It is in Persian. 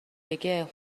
بگه